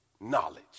knowledge